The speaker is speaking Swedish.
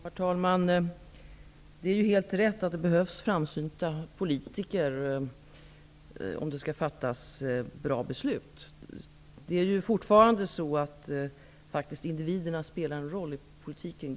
Herr talman! Det är helt rätt att det behövs framsynta politiker om det skall fattas bra beslut. Gud ske lov spelar individerna fortfarande en roll i politiken!